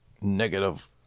Negative